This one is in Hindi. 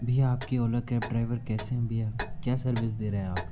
भईया आपके वला कैब ड्राइवर कैसे हैं भैया क्या सर्विस दे रहे हैं आप